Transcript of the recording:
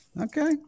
Okay